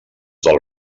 del